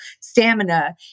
stamina